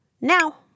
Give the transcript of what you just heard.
now